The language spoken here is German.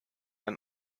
ein